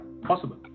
possible